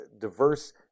diverse